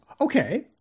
Okay